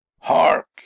hark